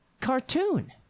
cartoon